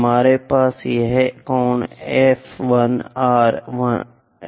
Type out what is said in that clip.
हमारे पास यह कोण F1 R F2 है